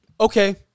Okay